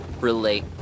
relate